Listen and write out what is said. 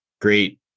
great